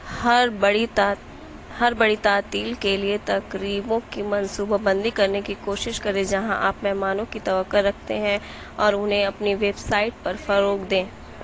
ہر بڑی ہر بڑی تعطیل کے لیے تقریبوں کی منصوبہ بندی کرنے کی کوشش کریں جہاں آپ مہمانوں کی توقع رکھتے ہیں اور انہیں اپنی ویبسائٹ پر فروغ دیں